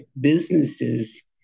businesses